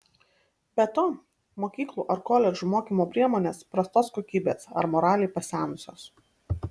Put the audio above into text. be to mokyklų ar koledžų mokymo priemonės prastos kokybės ar moraliai pasenusios